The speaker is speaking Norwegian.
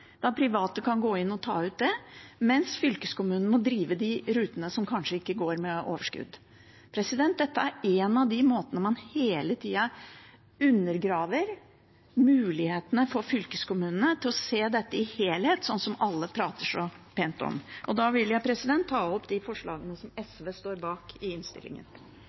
da private kan gå inn og ta det ut, mens fylkeskommunene må drifte de rutene som kanskje ikke går med overskudd. Dette er en av de måtene der man hele tida undergraver fylkeskommunenes muligheter til å se dette i en helhet, som alle prater så pent om. Jeg vil ta opp de forslagene i innstillingen som SV står bak. Representanten Karin Andersen har tatt opp de forslagene hun refererte til. I